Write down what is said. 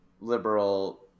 liberal